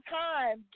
time